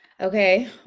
Okay